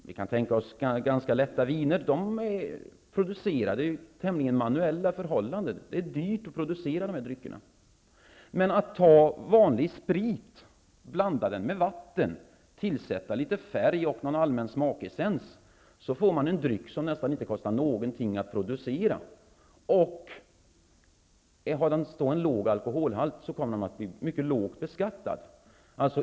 Vi kan tänka oss ganska lätta viner, som är producerade under tämligen manuella förhållanden; det är dyrt att producera dessa drycker. Om man däremot tar vanlig sprit, blandar den med vatten och tillsätter litet färg och någon allmän smakessens får man en dryck som nästan inte kostar någonting att producera, och om den har en låg alkoholhalt kommer den också att bli mycket lågt beskattad.